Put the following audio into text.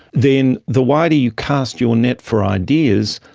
then the wider you cast your net for ideas,